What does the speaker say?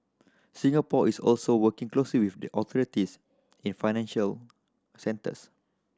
Singapore is also working closely with the authorities in financial centres